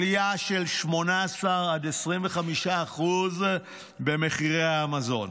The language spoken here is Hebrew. עלייה של 18% עד 25% במחירי המזון.